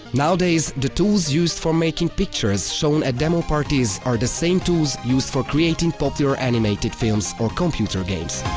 nowadays, the tools used for making pictures shown at demoparties are the same tools used for creating popular animated films or computer games.